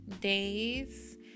days